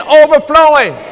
overflowing